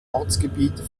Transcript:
ortsgebiet